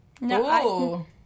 No